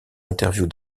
interviews